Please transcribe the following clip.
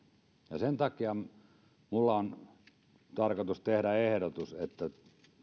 ja sen takia minulla on tarkoitus tehdä ehdotus että